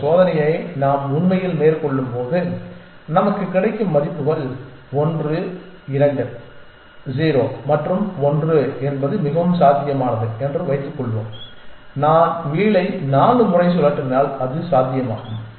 இந்த சோதனையை நாம் உண்மையில் மேற்கொள்ளும்போது நமக்கு கிடைக்கும் மதிப்புகள் 1 2 0 மற்றும் 1 என்பது மிகவும் சாத்தியமானது என்று வைத்துக் கொள்வோம் நான் வீலை 4 முறை சுழற்றினால் அது சாத்தியமாகும்